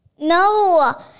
No